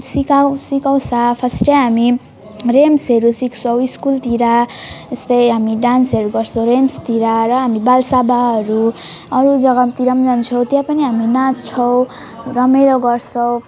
सिकाउ सिकाउँछ फर्स्ट हामी र्याम्सहरू सिक्छौँ स्कुलतिर यस्तै हामी डान्सहरू गर्छौँ र्याम्सतिर र हामी बाल सभाहरू अरू जगातिर जान्छौँ त्यहाँ पनि हामी नाच्छौँ रमाइलो गर्छौँ